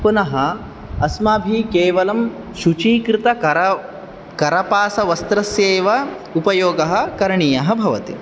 पुनः अस्माभि केवलं शुचीकृतकर कार्पासवस्त्रस्य एव उपयोगः करणीयः भवति